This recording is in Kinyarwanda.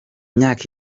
myaka